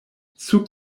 sub